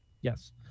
Yes